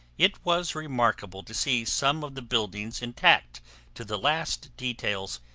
it was remarkable to see some of the buildings intact to the last details,